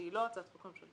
כשהיא לא הצעת חוק ממשלתית.